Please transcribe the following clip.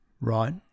Right